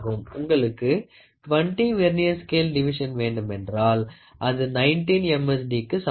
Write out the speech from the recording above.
உங்களுக்கு 20 vernier scale division வேண்டுமென்றால் அது 19 MSD க்கு சமமாகும்